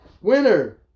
winner